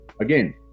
again